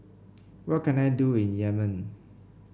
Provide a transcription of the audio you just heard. what can I do in Yemen